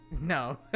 No